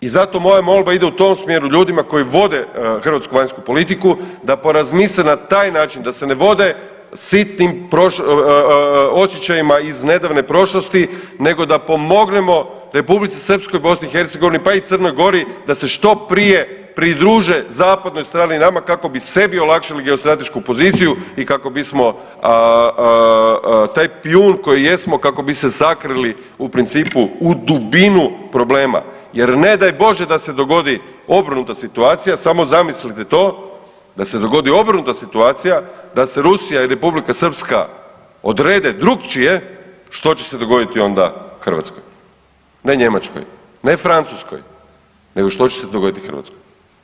I zato moja molba ide u tom smjeru ljudima koji vode hrvatsku vanjsku politiku da porazmisle na taj način da se ne vode sitnim osjećajima iz nedavne prošlosti nego da pomognemo Republici Srpskoj, BiH pa i Crnoj Gori da se što prije pridruže zapadnoj strani i nama kako bi sebi olakšali geostratešku poziciju i kako bismo taj pijun koji jesmo kako bi se sakrili u principu u dubinu problema jer ne daj Bože da se dogodi obrnuta situacija, samo zamislite to da se dogodi obrnuta situacija da se Rusija i Republika Srpska odrede drukčije što će se dogoditi onda Hrvatskoj, ne Njemačkoj, ne Francuskoj nego što će se dogoditi Hrvatskoj.